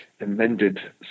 amended